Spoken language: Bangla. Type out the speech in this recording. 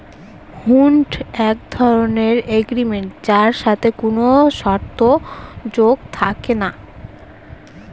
হুন্ড এক ধরনের এগ্রিমেন্ট যার সাথে কোনো শর্ত যোগ থাকে না